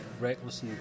reckless